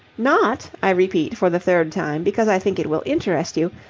not, i repeat for the third time, because i think it will interest you,